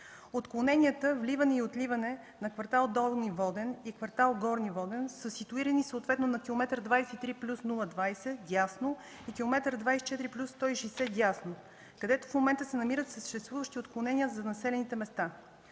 Отклоненията вливане и отливане на квартал „Долни Воден” и квартал „Горни Воден” са ситуирани съответно на километър 23 плюс 020 дясно и на километър 24 плюс 160 дясно, където в момента се намират съществуващите отклонения за населените места.